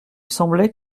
semblait